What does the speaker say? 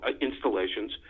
installations